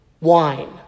wine